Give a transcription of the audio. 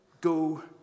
go